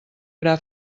gra